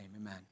amen